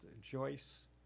Joyce